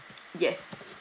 yes